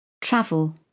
Travel